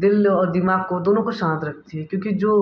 दिल और दिमाग को दोनों को शांत रखती है क्योंकि जो